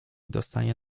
dostanie